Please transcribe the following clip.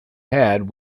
had